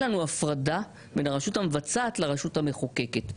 לנו הפרדה בין הרשות המבצעת לרשות המחוקקת.